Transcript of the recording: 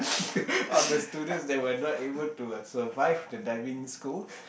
of the students that were not able to uh survive the diving school